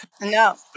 No